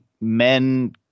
men